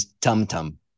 tum-tum